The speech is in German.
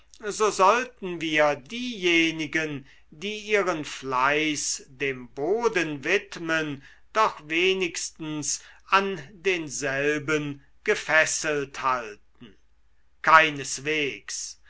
so sollten wir diejenigen die ihren fleiß dem boden widmen doch wenigstens an denselben gefesselt halten keineswegs